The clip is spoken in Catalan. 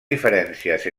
diferències